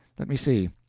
let me see.